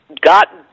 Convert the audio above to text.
got